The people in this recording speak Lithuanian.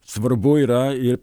svarbu yra ir